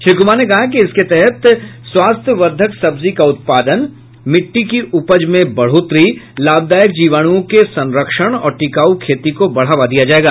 श्री कुमार ने कहा कि इसके तहत स्वास्थ्य वर्द्धक सब्जी का उत्पादन मिट्टी की उपज में बढ़ोतरी लाभदायक जीवाणुओं के संरक्षण और टिकाऊ खेती को बढ़ावा दिया जायेगा